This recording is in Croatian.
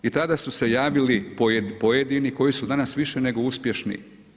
I tada su se javili pojedini koji su danas više nego uspješni.